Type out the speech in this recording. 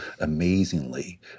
amazingly